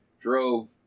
drove